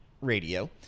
radio